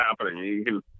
happening